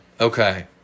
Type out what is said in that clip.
Okay